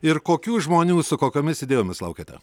ir kokių žmonių su kokiomis idėjomis laukiate